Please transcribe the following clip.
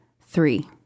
three